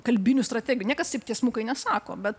kalbinių strategijų niekas taip tiesmukai nesako bet